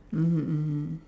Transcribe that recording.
mmhmm mmhmm